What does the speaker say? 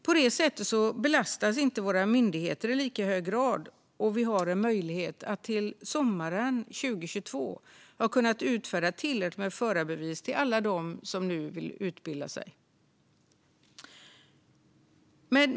På det sättet belastas inte våra myndigheter i lika hög grad, och vi har en möjlighet att till sommaren 2022 hinna utfärda förarbevis till alla som nu vill utbilda sig.